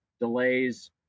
delays